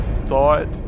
thought